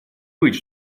быть